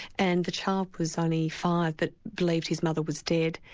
and the child was only five, but believed his mother was dead.